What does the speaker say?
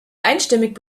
einstimmig